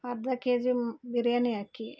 ಅರ್ಧ K G ಮ್ ಬಿರಿಯಾನಿ ಅಕ್ಕಿ